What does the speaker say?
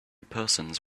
persons